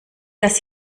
das